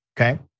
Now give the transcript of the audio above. Okay